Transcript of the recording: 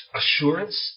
assurance